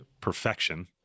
perfection